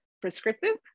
prescriptive